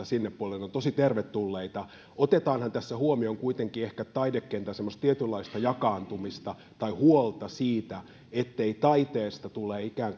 sinne puolelle ovat tosi tervetulleita otetaanhan tässä huomioon kuitenkin ehkä taidekentän semmoista tietynlaista jakaantumista tai huolta siitä ettei taiteesta tule ikään